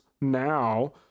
now